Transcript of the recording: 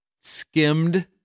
skimmed